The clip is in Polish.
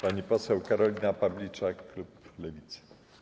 Pani poseł Karolina Pawliczak, klub Lewicy.